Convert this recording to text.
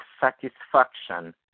satisfaction